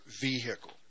vehicle